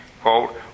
quote